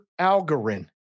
Algorin